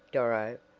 doro,